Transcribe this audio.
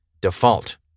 default